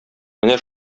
менә